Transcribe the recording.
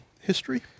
history